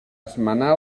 esmenar